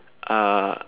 uh